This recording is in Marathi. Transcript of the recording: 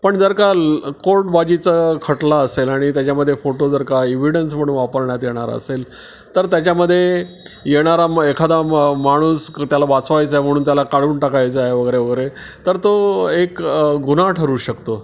पण जर का कोर्टबाजीचं खटला असेल आणि त्याच्यामध्ये फोटो जर का इव्हिडन्स म्हणून वापरण्यात येणारा असेल तर त्याच्यामध्ये येणारा म एखादा म माणूस क त्याला वाचवायचा आहे म्हणून त्याला काढून टाकायचा आहे वगैरे वगैरे तर तो एक गुन्हा ठरू शकतो